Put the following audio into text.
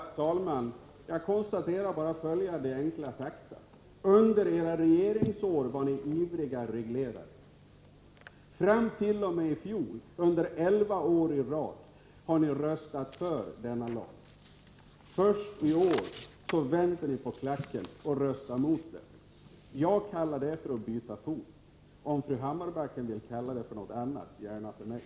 Herr talman! Jag konstaterar bara följande enkla fakta. Under era regeringsår var ni ivriga anhängare av regleringar. Ända tilli fjol— alltså elva år i rad — har ni röstat för denna lag. Först i år vänder ni på klacken och röstar mot lagen i fråga. Det tycker jag är att byta fot. Om Britta Hammarbacken vill kalla det för någonting annat, så gärna för mig.